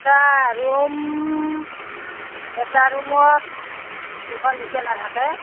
আচ্ছা ৰূম এটা ৰূমত দুখন বিচনা থাকে